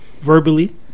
Verbally